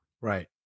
right